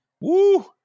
Woo